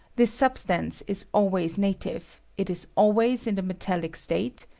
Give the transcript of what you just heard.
this substance is always native, it is always in the metauic state,